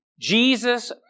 Jesus